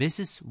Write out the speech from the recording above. Mrs